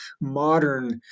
modern